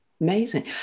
Amazing